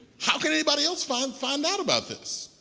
how can anybody else find find out about this?